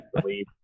believe